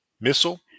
missile